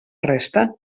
resta